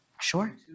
Sure